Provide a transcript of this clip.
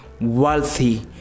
wealthy